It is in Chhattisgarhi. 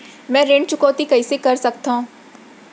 मैं ऋण चुकौती कइसे कर सकथव?